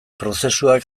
prozesuak